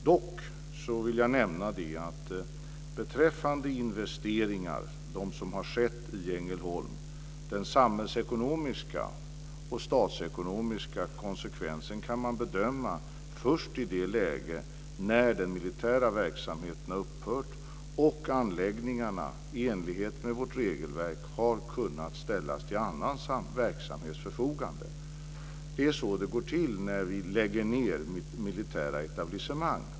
Dock vill jag nämna att beträffande de investeringar som har skett i Ängelholm så kan man bedöma den samhällsekonomiska och statsekonomiska konsekvensen av dessa först i det läge när den militära verksamheten har upphört och anläggningarna i enlighet med vårt regelverk har kunnat ställas till annan verksamhets förfogande. Det är så det går till när vi lägger ned militära etablissemang.